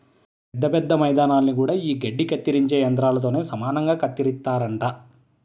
పెద్ద పెద్ద మైదానాల్ని గూడా యీ గడ్డి కత్తిరించే యంత్రాలతోనే సమానంగా కత్తిరిత్తారంట